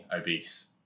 obese